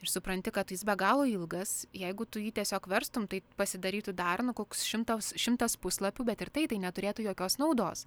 ir supranti kad jis be galo ilgas jeigu tu jį tiesiog verstum tai pasidarytų dar nu koks šimtas šimtas puslapių bet ir tai neturėtų jokios naudos